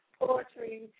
Poetry